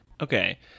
Okay